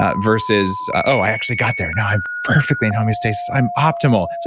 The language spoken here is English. ah versus, oh, i actually got there. now i'm perfectly in homeostasis. i'm optimal. it's